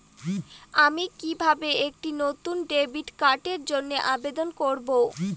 আমি কিভাবে একটি নতুন ডেবিট কার্ডের জন্য আবেদন করব?